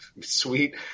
sweet